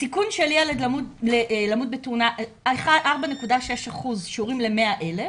הסיכון של ילד למות בתאונה הוא 4.6% ל-100,000.